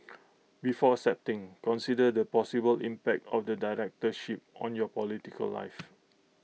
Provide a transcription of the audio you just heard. before accepting consider the possible impact of the directorship on your political life